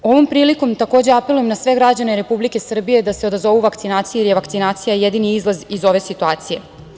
Ovom prilikom takođe apelujem na sve građane Republike Srbije da se odazovu vakcinaciji, jer je vakcinacija jedini izlaz iz ove situacije.